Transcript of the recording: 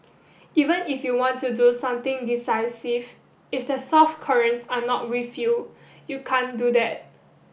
even if you want to do something decisive if the South Koreans are not with you you can't do that